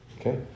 Okay